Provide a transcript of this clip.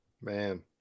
man